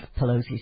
Pelosi